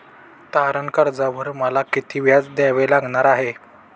तारण कर्जावर मला किती व्याज द्यावे लागणार आहे?